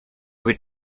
would